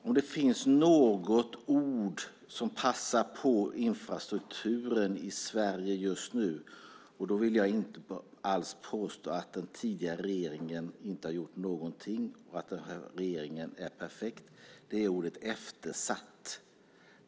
Om det finns något ord som passar på infrastrukturen i Sverige just nu, och då vill jag inte alls påstå att den tidigare regeringen inte har gjort någonting och att den här regeringen är perfekt, så är det ordet "eftersatt".